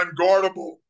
unguardable